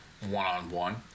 one-on-one